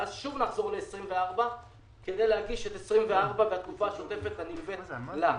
ואז שוב נחזור ל-24 כדי להגיש את 24 והתקופה השוטפת הנלווית לה.